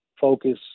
focus